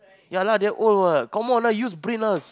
ya lah that old what come on lah use brain lah s~